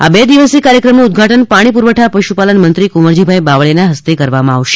આ બે દિવસીય કાર્યક્રમનું ઉદઘાટન પાણી પુરવઠા પશુપાલન મંત્રી કુંવરજીભાઇ બાવળીયના હસ્તે કરવામાં આવશે